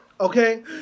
Okay